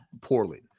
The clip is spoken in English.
poorly